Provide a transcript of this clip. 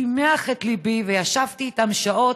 שימח את ליבי, וישבתי איתם שעות.